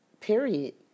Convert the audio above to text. period